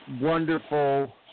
wonderful